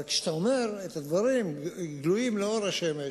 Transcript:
אבל כשאתה אומר את הדברים גלויים לאור השמש,